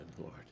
Lord